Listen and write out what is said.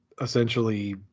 essentially